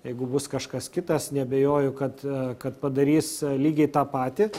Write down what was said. jeigu bus kažkas kitas neabejoju kad kad padarys lygiai tą patį